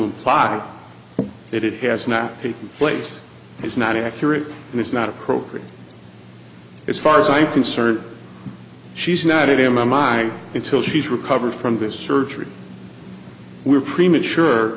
imply that it has not taken place is not accurate and is not appropriate as far as i'm concerned she's not in my mind until she's recovered from this surgery we're premature